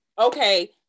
okay